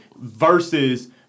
versus